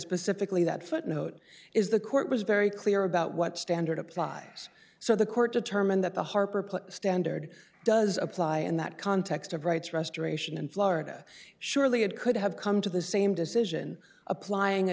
specifically that footnote is the court was very clear about what standard applies so the court determined that the harper standard does apply in that context of rights restoration in florida surely it could have come to the same decision applying a